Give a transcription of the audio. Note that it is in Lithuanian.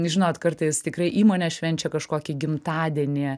žinot kartais tikrai įmonės švenčia kažkokį gimtadienį